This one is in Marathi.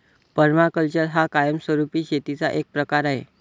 पर्माकल्चर हा कायमस्वरूपी शेतीचा एक प्रकार आहे